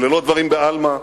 אלה לא דברים בעלמא.